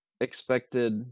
expected